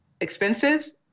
expenses